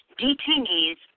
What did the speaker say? detainees